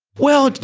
well,